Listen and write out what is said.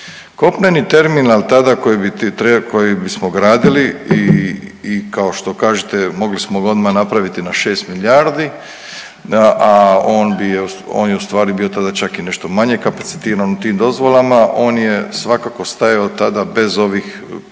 Kopneni terminal tada koji bismo gradili i kao što kažete mogli smo ga odmah napraviti na 6 milijardi, a on je u stvari bio tada čak i nešto manje kapacitiran u tim dozvolama. On je svakako stajao tada bez ovih poremećaja